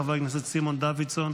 חבר הכנסת סימון דוידסון,